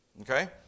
Okay